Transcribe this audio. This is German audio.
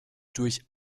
durch